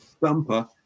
bumper